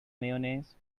mayonnaise